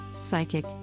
psychic